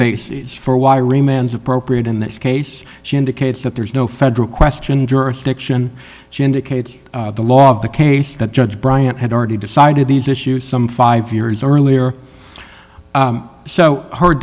bases for why remands appropriate in this case she indicates that there is no federal question jurisdiction she indicates the law of the case that judge bryant had already decided these issues some five years earlier so hard